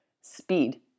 speed